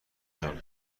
جان